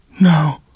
no